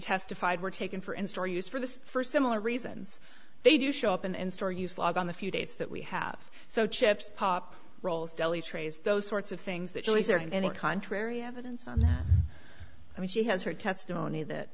testified were taken for in store use for the first similar reasons they do show up an in store use log on the few dates that we have so chips pop rolls deli trays those sorts of things that are always there and contrary evidence on i mean she has her testimony that